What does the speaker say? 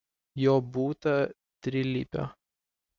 jo būta trilypio